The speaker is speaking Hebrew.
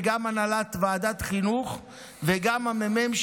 גם הנהלת ועדת חינוך וגם הממ"מ,